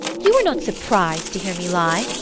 you were not surprised to hear me lie.